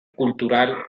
cultural